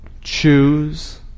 Choose